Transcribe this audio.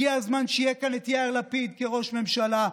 הגיע הזמן שיהיה כאן את יאיר לפיד כראש ממשלה,